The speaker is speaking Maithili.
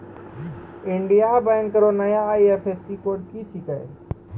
इंडियन बैंक रो नया आई.एफ.एस.सी कोड की छिकै